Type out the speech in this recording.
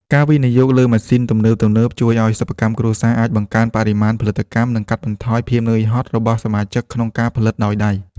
ការវិនិយោគលើម៉ាស៊ីនទំនើបៗជួយឱ្យសិប្បកម្មគ្រួសារអាចបង្កើនបរិមាណផលិតកម្ម និងកាត់បន្ថយភាពហត់នឿយរបស់សមាជិកក្នុងការផលិតដោយដៃ។